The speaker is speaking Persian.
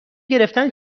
گرفتن